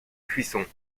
cuisson